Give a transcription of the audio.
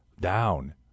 Down